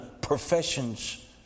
professions